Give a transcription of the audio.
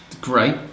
great